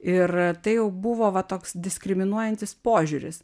ir tai jau buvo va toks diskriminuojantis požiūris